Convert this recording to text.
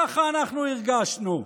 ככה אנחנו הרגשנו.